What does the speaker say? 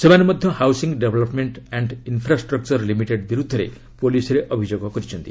ସେମାନେ ମଧ୍ୟ housing development and infrastructure limited ବିରୁଦ୍ଧରେ ପୁଲିସ୍ରେ ଅଭିଯୋଗ କରିଛନ୍ତି